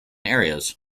areas